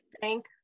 thank